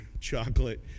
chocolate